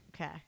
Okay